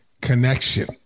connection